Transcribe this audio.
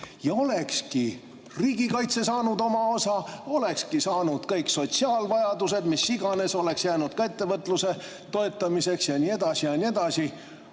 ja olekski riigikaitse saanud oma osa, olekski saanud kõik sotsiaalvajadused [rahuldatud], mis iganes, oleks jäänud ka ettevõtluse toetamiseks ja nii edasi ja nii edasi.